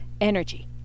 energy